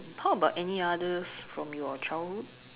how about any others from your childhood